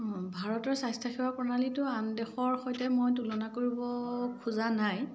ভাৰতৰ স্বাস্থ্যসেৱা প্ৰণালীটো আন দেশৰ সৈতে মই তুলনা কৰিব খোজা নাই